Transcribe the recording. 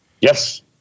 Yes